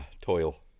toil